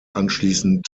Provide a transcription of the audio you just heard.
anschließend